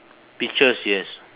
peaches yes